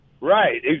Right